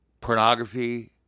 pornography